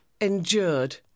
endured